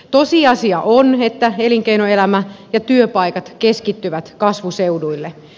tosiasia on että elinkeinoelämä ja työpaikat keskittyvät kasvuseuduille